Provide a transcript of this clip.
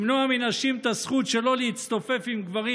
למנוע מנשים את הזכות שלא להצטופף עם גברים